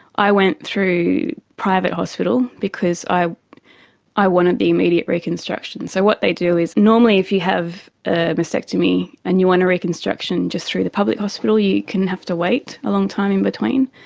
i went through a private hospital because i i wanted the immediate reconstruction. so what they do is normally if you have a mastectomy and you want a reconstruction just through the public hospital you can have to wait a long time in between,